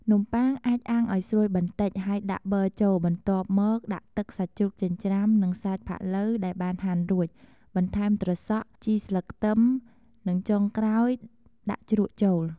នំប័ុងអាចអាំងឲ្យស្រួយបន្តិច ហើយដាក់ប័រចូល បន្ទាប់មក ដាក់ទឹកសាច់ជ្រូកចិញ្ច្រាំ និងសាច់ផាត់ឡូវដែលបានហាន់រួច បន្ថែមត្រសក់ ជីស្លឹកខ្ទឹម និងចុងក្រោយ ដាក់ជ្រក់ចូល។